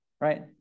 right